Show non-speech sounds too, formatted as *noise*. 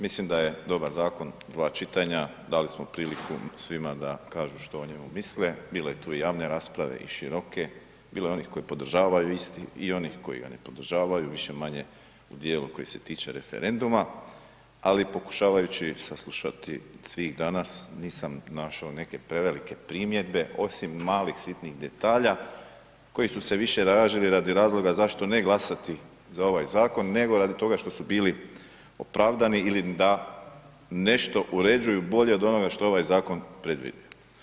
Mislim da je dobar Zakona, dva čitanja, dali smo priliku svima da kažu što o njemu misle, bilo je tu i javne rasprave, i široke, bilo je onih koji podržavaju isti, i onih koji ga ne podržavaju više-manje u dijelu koji se tiče referenduma, ali pokušavajući saslušati svih danas, nisam našao neke prevelike primjedbe osim malih, sitnih detalja koji su se više ... *unintelligible* radi razloga zašto ne glasati za ovaj Zakon, nego radi toga što su bili opravdani, ili da nešto uređuju bolje od onoga što ovaj Zakon predvidi.